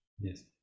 Yes